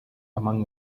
among